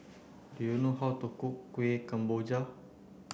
do you know how to cook Kueh Kemboja